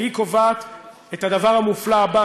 והיא קובעת את הדבר המופלא הבא,